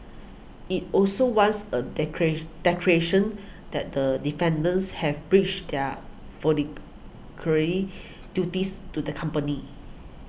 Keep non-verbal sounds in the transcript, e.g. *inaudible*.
it also wants a *unintelligible* declaration that the defendants have breached their *unintelligible* duties to the company